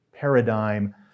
paradigm